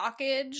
blockage